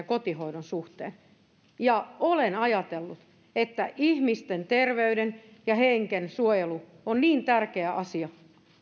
kotihoidon suhteen olen ajatellut että ihmisten terveyden ja hengen suojelu on niin tärkeä asia